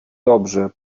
dobrze